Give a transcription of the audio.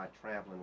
traveling